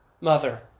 Mother